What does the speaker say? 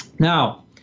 Now